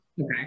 Okay